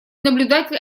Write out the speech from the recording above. наблюдатель